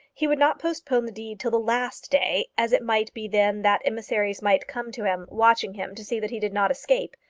he would not postpone the deed till the last day, as it might be then that emissaries might come to him, watching him to see that he did not escape.